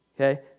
Okay